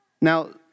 Now